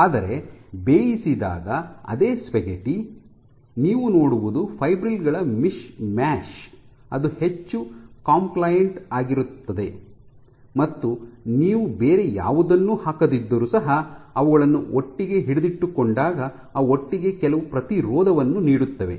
ಆದರೆ ಬೇಯಿಸಿದಾಗ ಅದೇ ಸ್ಪಾಗೆಟ್ಟಿ ನೀವು ನೋಡುವುದು ಫೈಬ್ರಿಲ್ ಗಳ ಮಿಶ್ಮ್ಯಾಶ್ ಅದು ಹೆಚ್ಚು ಕಂಪ್ಲೈಂಟ್ ಆಗಿರುತ್ತದೆ ಮತ್ತು ನೀವು ಬೇರೆ ಯಾವುದನ್ನೂ ಹಾಕದಿದ್ದರೂ ಸಹ ಅವುಗಳನ್ನು ಒಟ್ಟಿಗೆ ಹಿಡಿದಿಟ್ಟುಕೊಂಡಾಗ ಅವು ಒಟ್ಟಿಗೆ ಕೆಲವು ಪ್ರತಿರೋಧವನ್ನು ನೀಡುತ್ತವೆ